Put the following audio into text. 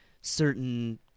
certain